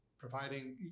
providing